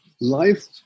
life